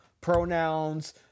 pronouns